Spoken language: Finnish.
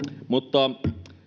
mutta